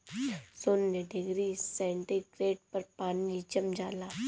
शून्य degree centigrade पर पानी जम जाला